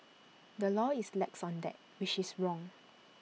the law is lax on that which is wrong